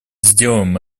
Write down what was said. сделаем